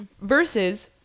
versus